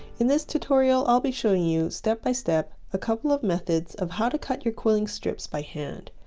in this tutorial i'll be showing you step by step, a couple of methods of how to cut your quilling strips by hand.